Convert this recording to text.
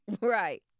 Right